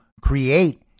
create